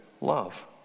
love